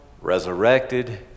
resurrected